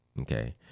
okay